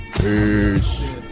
Peace